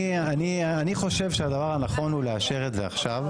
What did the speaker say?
אני חושב שהדבר הנכון הוא לאשר את זה עכשיו.